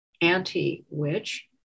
anti-witch